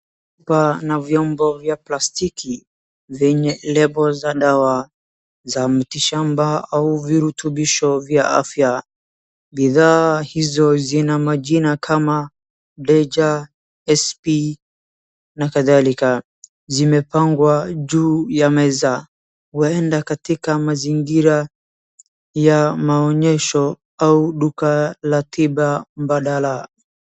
Hapa na vyombo vya plastiki, vyenye label ya dawa za miti shamba au virutubisho vya afya. Bidhaa hizo zina majina kama doja, SP, na kadhalika. Zimepangwa juu ya meza. Waenda katika mazingira ya maonyesho au duka la tiba mbadala.